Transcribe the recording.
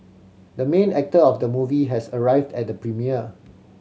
the main actor of the movie has arrived at the premiere